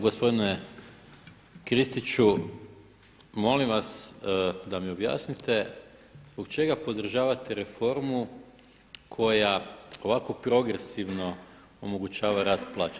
Gospodine Kristiću, molim vas da mi objasnite zbog čega podržavate reformu koja ovako progresivno omogućava rast plaće.